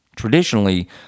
Traditionally